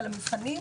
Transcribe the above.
אבל המבחנים,